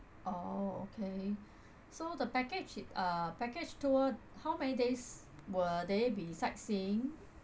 oh okay so the package is uh package tour how many days will there be sightseeing